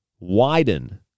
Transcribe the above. widen